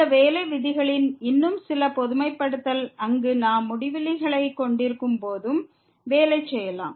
இந்த வேலை விதிகளின் இன்னும் சில பொதுமைப்படுத்தல் அங்கு நாம் முடிவிலிகளை கொண்டிருக்கும் போதும் வேலை செய்யலாம்